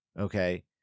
okay